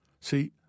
See